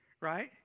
right